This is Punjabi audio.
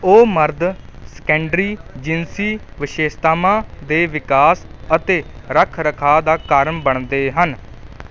ਉਹ ਮਰਦ ਸੈਕੰਡਰੀ ਜਿਨਸੀ ਵਿਸ਼ੇਸ਼ਤਾਵਾਂ ਦੇ ਵਿਕਾਸ ਅਤੇ ਰੱਖ ਰਖਾਅ ਦਾ ਕਾਰਨ ਬਣਦੇ ਹਨ